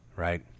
Right